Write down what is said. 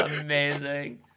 Amazing